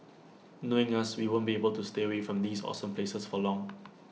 knowing us we won't be able to stay away from these awesome places for long